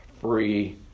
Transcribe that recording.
free